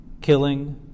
killing